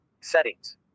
Settings